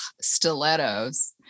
stilettos